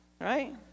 right